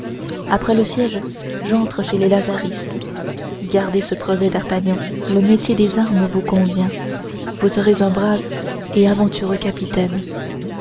après le siège j'entre chez les lazaristes gardez ce brevet d'artagnan le métier des armes vous convient vous serez un brave et aventureux capitaine